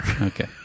Okay